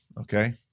okay